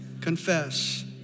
confess